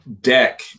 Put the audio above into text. deck